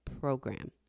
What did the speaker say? program